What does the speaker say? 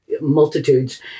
multitudes